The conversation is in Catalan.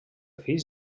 fills